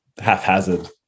haphazard